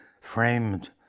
framed